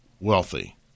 wealthy